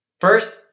First